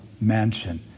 Mansion